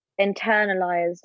internalized